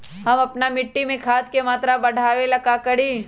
हम अपना मिट्टी में खाद के मात्रा बढ़ा वे ला का करी?